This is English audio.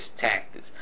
tactics